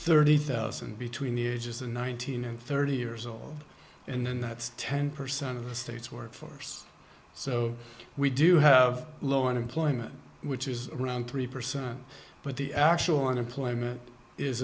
thirty thousand between the ages of nineteen and thirty years old and then that's ten percent of the state's workforce so we do have low unemployment which is around three percent but the actual unemployment is